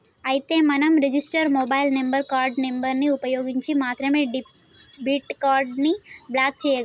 అయితే మనం register mobile number card number ని ఉపయోగించి మాత్రమే డెబిట్ కార్డు ని బ్లాక్ చేయగలం